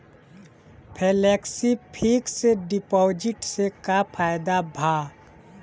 Flexi fix deposit से का फायदा भा?